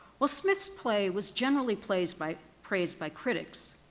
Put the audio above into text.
while smith's play was generally praised by praised by critics,